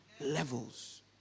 Levels